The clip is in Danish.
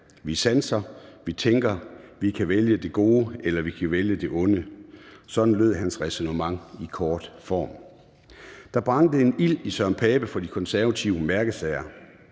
Vi sanser, vi tænker, vi kan vælge det gode, eller vi kan vælge det onde. Sådan lød hans ræsonnement i kort form. Der brændte en ild i Søren Pape for de konservative mærkesager.